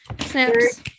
Snaps